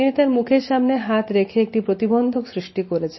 তিনি তার মুখের সামনে হাত রেখে একটি প্রতিবন্ধক সৃষ্টি করেছেন